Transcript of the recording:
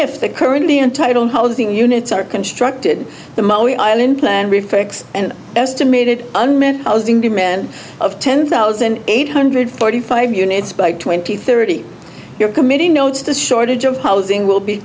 if the currently untitled housing units are constructed the money island plan reflects an estimated unmet housing demand of ten thousand eight hundred forty five units by twenty thirty your committee notes the shortage of housing will be